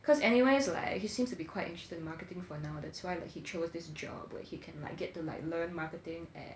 cause anyway it's like he seems to be quite interested marketing for now that's why like he chose this job where he can like get to like learn marketing at